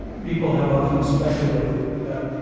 people have often speculated about